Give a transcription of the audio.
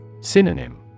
Synonym